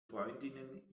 freundinnen